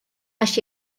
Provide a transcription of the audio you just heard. għax